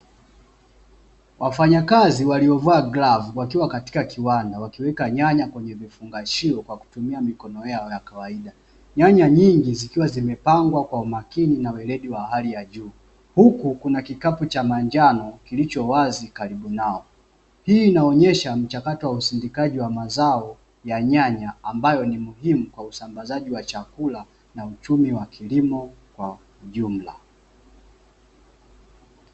Wafanyakazi waliovaa glavu wakiwa katika kiwanda wakiweka nyanya kwenye vifungashio kwa kutumia mikono yao ya kawaida. Nyanya nyingi zikiwa zimepangwa kwa umakini na weledi wa hali ya juu, huku kuna kikapu cha manjano kilichowazi karibu nao, hii inaonyesha mchakato wa usindikaji wa mazao ya nyanya ambayo ni muhimu kwa usambazaji wa chakula na uchumi wa kilimo kwa ujumla.